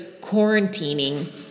quarantining